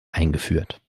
eingeführt